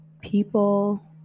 People